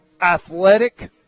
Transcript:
athletic